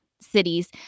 cities